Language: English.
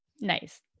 Nice